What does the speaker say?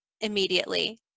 immediately